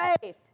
faith